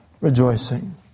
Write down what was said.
rejoicing